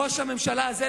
ראש הממשלה הזה,